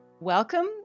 Welcome